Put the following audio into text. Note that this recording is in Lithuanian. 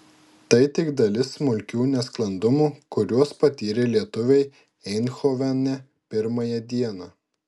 tai tik dalis smulkių nesklandumų kuriuos patyrė lietuviai eindhovene pirmąją dieną